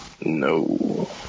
No